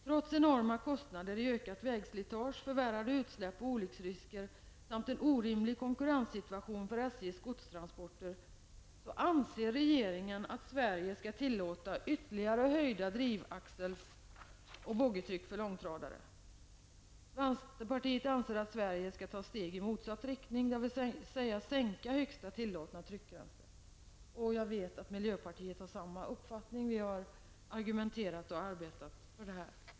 Trots enorma kostnader i ökat vägslitage, förvärrade utsläpp och olycksrisker samt en orimlig konkurrenssituation för SJs godstransporter anser regeringen att Sverige skall tillåta ytterligare höjda drivaxels och boggitryck för långtradare. Vänsterpartiet anser att Sverige skall ta steg i motsatt riktning, dvs. sänka högsta tillåtna tryckgräns. Jag vet att miljöpartiet har samma uppfattning. Vi har tillsammans med miljöpartiet argumenterat och arbetat för denna fråga.